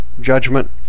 judgment